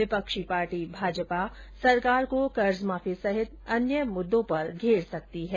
विपक्षी पार्टी भाजपा सरकार को कर्जमाफी सहित अन्य मुद्दों पर घेरने की तैयारी में है